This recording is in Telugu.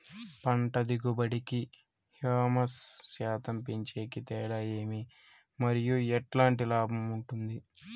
పంట దిగుబడి కి, హ్యూమస్ శాతం పెంచేకి తేడా ఏమి? మరియు ఎట్లాంటి లాభం ఉంటుంది?